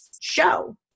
show